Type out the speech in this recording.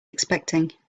expecting